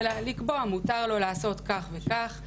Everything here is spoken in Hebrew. אלא לקבוע שמותר לו לעשות כך וכך,